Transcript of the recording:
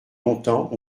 longtemps